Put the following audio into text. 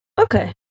Okay